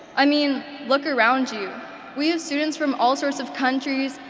i mean look around you we have students from all sorts of countries,